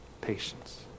Patience